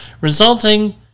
resulting